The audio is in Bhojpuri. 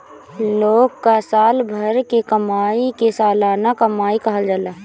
लोग कअ साल भर के कमाई के सलाना कमाई कहल जाला